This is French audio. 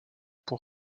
pour